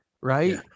Right